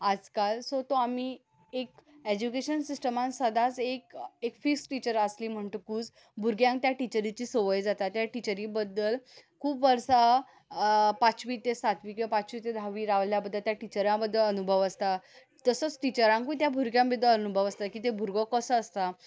आज काल सो तो आमी एक एज्युकेशन सिस्टमा सदांच एक फिक्स टिचर्स आसल्यार म्हणटकूच भुरग्यांक त्या टिचरीची संवय जाता त्या टिचरी बद्दल खूब वर्सां पांचवी ते सातवी पांचवी ते धावी रावल्या त्या टिचरां बद्दल अनुभव आसता तसोच टिचरांकूय त्या भुरग्या बद्दल अनुभव आसता की तो भुरगो कसो आसता